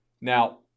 Now